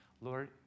Lord